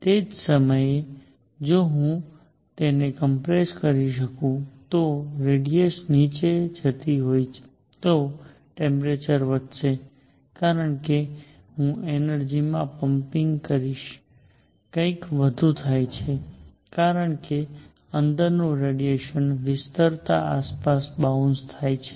તે જ સમયે જો હું તેને કોમ્પ્રેસકરી શકું જો રેડીઅસ નીચે જતી હોય તો ટેમ્પરેચર વધશે કારણ કે હું એનર્જી માં પમ્પિંગ કરીશ કંઈક વધુ થાય છે કારણ કે અંદરનું રેડીયેશન વિસ્તરતાની આસપાસ બાઉન્સ થાય છે